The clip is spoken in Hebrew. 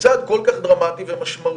בצעד כל כך דרמטי ומשמעותי,